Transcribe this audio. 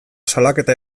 salaketa